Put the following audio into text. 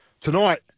Tonight